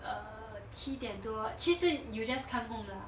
err 七点多其实 you just come home lah